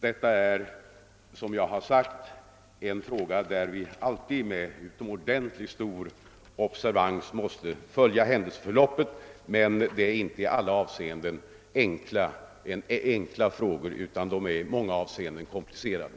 Detta är, som jag har nämnt, frågor där vi alltid med utomordentligt stor noggrannhet måste följa händelseförloppet. Men det rör sig inte i allo om enkla frågor, utan de är i många avseenden komplicerade.